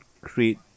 create